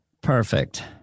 Perfect